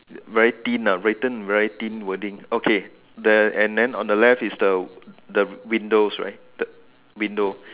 very thin lah written in very thin wording okay then on the left is the windows right the window